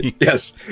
Yes